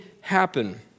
happen